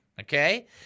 okay